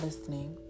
listening